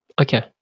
Okay